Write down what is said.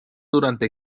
durante